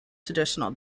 traditional